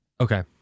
Okay